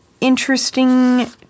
interesting